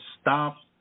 stop